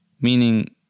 Meaning